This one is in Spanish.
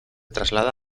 traslada